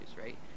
right